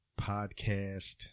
podcast